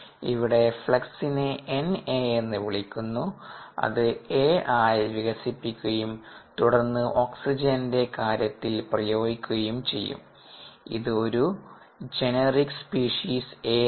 ഇവിടെ ഫ്ലക്സിനെ NA എന്ന് വിളിക്കുന്നു അത് A ആയി വികസിപ്പിക്കുകയും തുടർന്ന് ഓക്സിജന്റെ കാര്യത്തിൽ പ്രയോഗിക്കുകയും ചെയ്യും ഇത് ഒരു ജനറിക് സ്പീഷീസ് A ആണ്